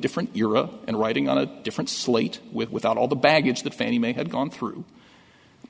different era and writing on a different slate with without all the baggage that fannie mae had gone through